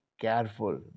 careful